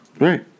Right